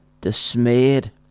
dismayed